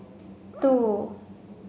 two